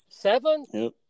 Seven